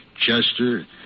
Chester